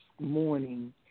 morning